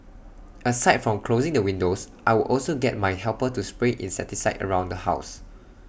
aside from closing the windows I would also get my helper to spray insecticide around the house